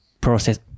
process